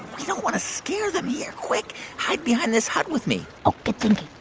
we don't want to scare them. here, quick hide behind this hut with me oh, good thinking.